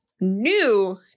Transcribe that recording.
new